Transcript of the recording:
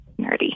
nerdy